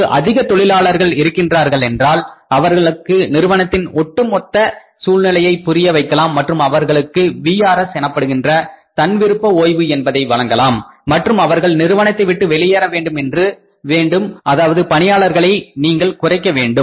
அங்கு அதிக தொழிலாளர்கள் இருக்கின்றார்கள் என்றால் அவர்களுக்கு நிறுவனத்தின் ஒட்டுமொத்த சூழ்நிலையை புரிய வைக்கலாம் மற்றும் அவர்களுக்கு விஆர்எஸ் எனப்படுகின்ற தன்விருப்ப ஓய்வு என்பதை வழங்கலாம் மற்றும் அவர்கள் நிறுவனத்தை விட்டு வெளியேற வேண்டும் அதாவது பணியாளர்களை நீங்கள் குறைக்க வேண்டும்